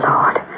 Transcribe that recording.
Lord